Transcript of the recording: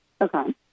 Okay